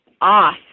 off